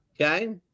okay